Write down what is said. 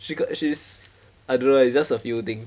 she got she's I don't know ah it's just a feeling